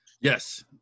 Yes